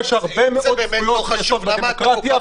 יש הרבה מאוד זכויות יסוד בדמוקרטיה,